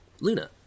Luna